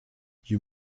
you